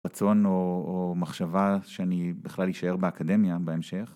רצון או מחשבה שאני בכלל אשאר באקדמיה בהמשך.